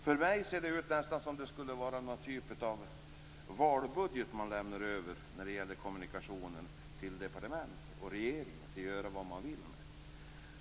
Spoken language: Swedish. För mig ser det nästan ut som om det skulle vara någon typ av valbudget man lämnar över när det gäller kommunikationerna för departement och regering att göra vad de vill med.